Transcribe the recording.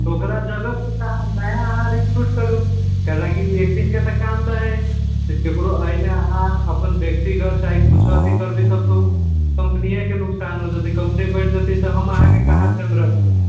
ओकरा जगह पर सहायब नया अहाँ रिक्रूट करू काहे लऽ कि ऊ एक दिन के तऽ काम न हय केकरो अयमे अहाँ अपन व्यक्तिगत साईट कुछो अथी करबै तब तऽ ऊ कम्पनिये के नुकसान भाय जेतै कंपनी बैठ जेतै तऽ हम अहाँ कऽ कहाँ से रख सकबै